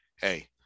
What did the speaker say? Hey